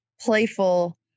playful